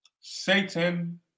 Satan